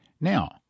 Now